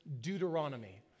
Deuteronomy